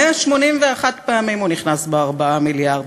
181 פעמים הוא נכנס ב-4 מיליארד.